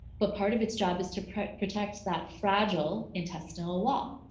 but part of its job is to protect protect that fragile intestinal ah wall.